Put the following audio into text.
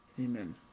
amen